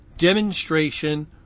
Demonstration